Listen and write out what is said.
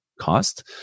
cost